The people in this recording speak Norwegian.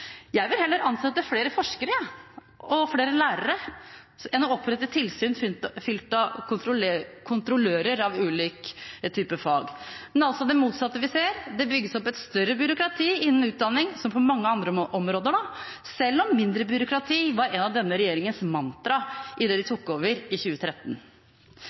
Jeg vil heller ansette flere forskere og flere lærere enn å opprette tilsyn fylt av kontrollører av ulike typer fag. Men det er det motsatte vi ser: Det bygges opp et større byråkrati innen utdanning, som på mange andre områder, selv om mindre byråkrati var et av denne regjeringens mantraer idet de tok over i 2013.